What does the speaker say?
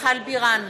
מיכל בירן,